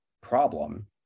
problem